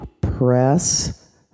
press